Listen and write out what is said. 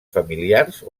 familiars